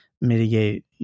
mitigate